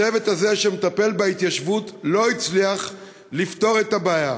הצוות הזה שמטפל בהתיישבות לא הצליח לפתור את הבעיה.